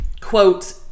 quote